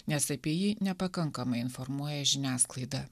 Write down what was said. nes apie jį nepakankamai informuoja žiniasklaida